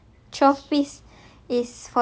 tw~ twe~ apa twelve piece